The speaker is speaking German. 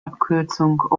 abkürzung